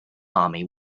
army